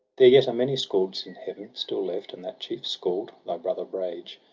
there yet are many scalds in heaven still left, and that chief scald, thy brother brage,